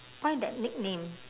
why that nickname